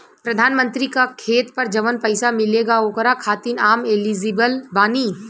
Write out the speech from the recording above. प्रधानमंत्री का खेत पर जवन पैसा मिलेगा ओकरा खातिन आम एलिजिबल बानी?